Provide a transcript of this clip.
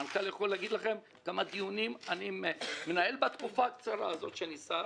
המנכ"ל יכול להגיד לכם כמה דיונים ניהלתי בתקופה הקצרה הזאת שאני שר,